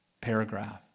paragraph